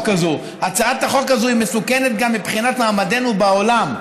הזו: הצעת החוק הזו היא מסוכנת גם מבחינת מעמדנו בעולם.